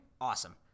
Awesome